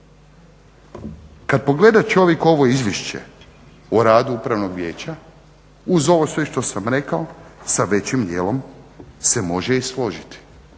Kad pogleda čovjek ovo Izvješće o radu Upravnog vijeća uz ovo sve što sam rekao sa većim dijelom se može i složiti.